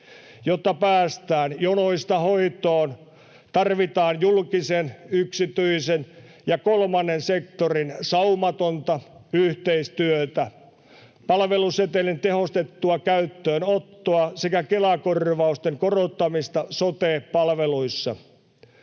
Jotta päästään jonoista hoitoon, tarvitaan julkisen, yksityisen ja kolmannen sektorin saumatonta yhteistyötä, palvelusetelin tehostettua käyttöönottoa sekä Kela-korvausten korottamista sote-palveluissa.